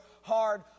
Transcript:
hard